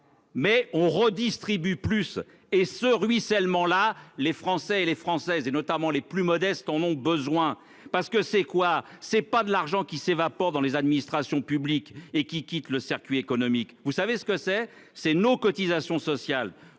Mais on redistribue plus et ce ruissellement là les Français et les Françaises et notamment les plus modestes en ont besoin parce que c'est quoi, c'est pas de l'argent qui s'évapore dans les administrations publiques et qui quitte le circuit économique, vous savez ce que c'est, c'est nos cotisations sociales